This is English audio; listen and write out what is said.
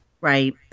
Right